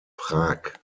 prag